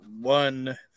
one